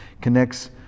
connects